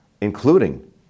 including